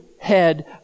head